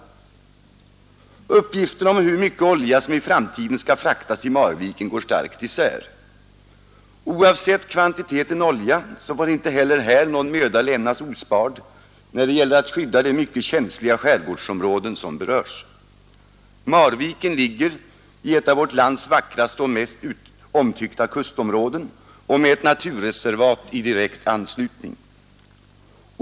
Uppgifterna om hur mycket olja som i framtiden skall fraktas till Marviken går starkt isär. Oavsett kvantiteten olja får ingen möda här sparas när det gäller att skydda de mycket känsliga skärgårdsområden som berörs. Marviken ligger i ett av vårt lands vackraste och mest omtyckta kustområden med ett naturreservat i direkt anslutning.